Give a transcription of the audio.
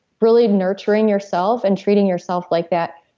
really nurturing yourself and treating yourself like that.